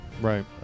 Right